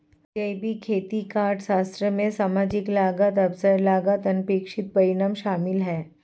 जैविक खेती का अर्थशास्त्र में सामाजिक लागत अवसर लागत अनपेक्षित परिणाम शामिल है